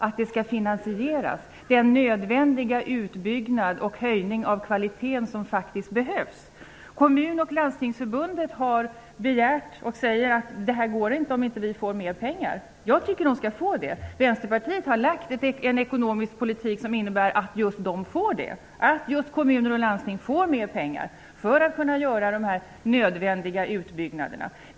Varifrån skall ni ta pengarna till den nödvändiga utbyggnaden och den höjning av kvaliteten som faktiskt behövs? Kommun och Landstingsförbunden har krävt mer pengar. Jag tycker att de skall få det. Vänsterpartiet har lagt fram förslag om en ekonomisk politik som innebär att just kommuner och landsting får mer pengar, för att kunna göra de nödvändiga utbyggnaderna.